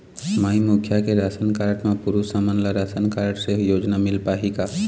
माई मुखिया के ration card म पुरुष हमन ला राशन कारड से योजना मिल पाही का?